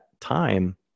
time